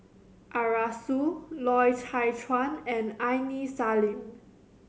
Arasu Loy Chye Chuan and Aini Salim